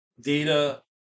data